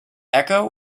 echo